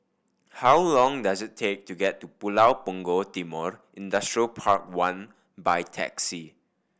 how long does it take to get to Pulau Punggol Timor Industrial Park One by taxi